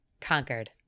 conquered